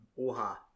oha